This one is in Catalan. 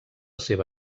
seva